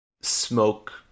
smoke